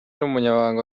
n’umunyamabanga